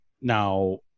now